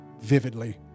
vividly